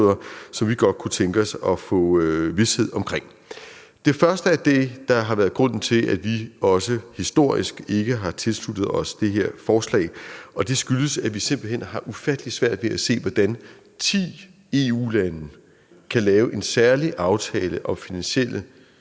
som vi godt kunne tænke os at få vished om. Det første af det, der har været grunden til, at vi også historisk set ikke har tilsluttet os det her forslag, er, at vi simpelt hen har ufattelig svært ved at se, hvordan ti EU-lande kan lave en særlig aftale om finansielle